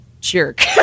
jerk